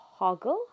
hoggle